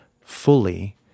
fully